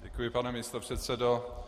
Děkuji, pane místopředsedo.